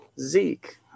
Zeke